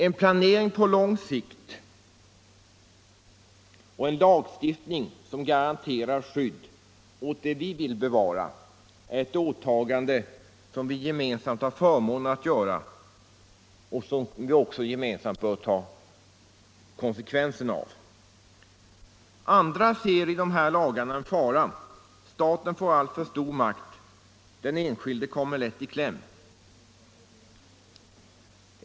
En planering på lång sikt och en lagstiftning som garanterar skydd åt det vi vill bevara är åtaganden som vi gemensamt har förmånen att fullgöra och som vi också gemensamt bör ta konsekvenserna av. Andra ser i dessa lagar en fara: Staten får alltför stor makt, den enskilde kommer lätt i kläm.